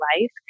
life